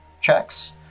checks